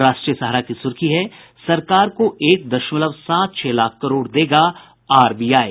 राष्ट्रीय सहारा की सुर्खी है सरकार को एक दशमलव सात छह लाख करोड़ देगा आरबीआई